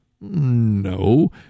No